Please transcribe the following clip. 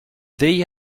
they